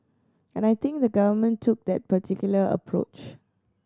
and I think the Government took that particular approach